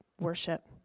worship